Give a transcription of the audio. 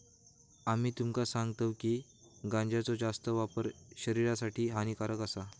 आम्ही तुमका सांगतव की गांजाचो जास्त वापर शरीरासाठी हानिकारक आसा